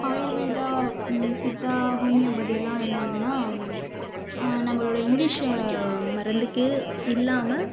Ayurveda Siddha homeopathy எல்லாம் என்னதுன்னா நம்பளுடைய இங்கிலீஷ் மருந்துக்கே இல்லாமல்